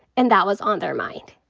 and that was on their mind.